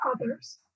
others